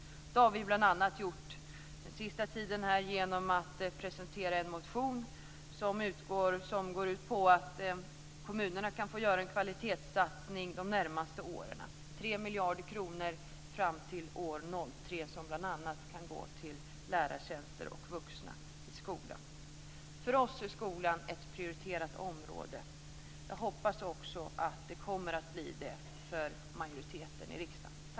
Det har vi den senaste tiden bl.a. gjort genom att presentera en motion som går ut på att kommunerna kan få göra en kvalitetssatsning de närmaste åren. Det handlar om 3 miljarder kronor fram till år 2003 som bl.a. kan gå till lärartjänster och vuxna i skolan. För oss är skolan ett prioriterat område. Jag hoppas också att den kommer att bli det för majoriteten i riksdagen.